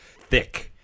thick